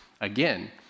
again